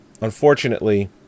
Unfortunately